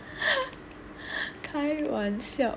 开玩笑